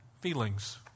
feelings